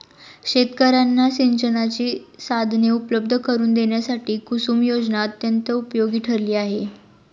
शेतकर्यांना सिंचनाची साधने उपलब्ध करून देण्यासाठी कुसुम योजना अत्यंत उपयोगी ठरली आहे